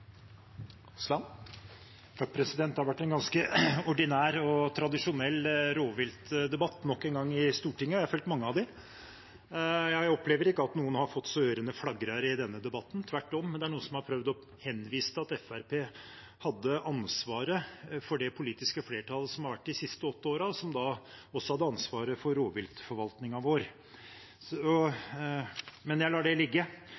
Det har nok en gang vært en ganske ordinær og tradisjonell rovviltdebatt i Stortinget, jeg har fulgt mange av dem. Jeg opplever ikke at noen har fått så ørene flagrer i denne debatten – tvert om, men det er noen som har prøvd å henvise til at Fremskrittspartiet hadde ansvaret for det politiske flertallet som har vært de siste åtte årene, og som da også hadde ansvaret for rovviltforvaltningen vår. Men jeg lar det ligge.